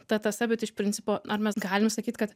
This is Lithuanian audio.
ta tiesa bet iš principo ar mes galim sakyt kad